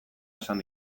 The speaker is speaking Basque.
esan